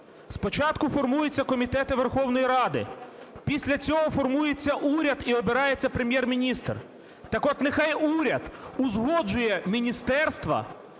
Спочатку формуються комітети Верховної Ради, після цього формується уряд і обирається Прем'єр-міністр. Так от, нехай уряд узгоджує міністерства